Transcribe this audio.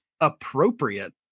appropriate